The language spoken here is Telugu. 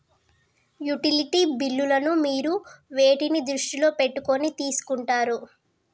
యుటిలిటీ బిల్లులను మీరు వేటిని దృష్టిలో పెట్టుకొని తీసుకుంటారు?